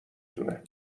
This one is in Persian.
تونه